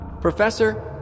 Professor